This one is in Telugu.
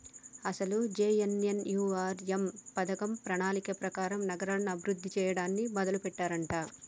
అసలు జె.ఎన్.ఎన్.యు.ఆర్.ఎం పథకం ప్రణాళిక ప్రకారం నగరాలను అభివృద్ధి చేయడానికి మొదలెట్టారంట